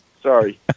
Sorry